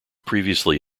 previously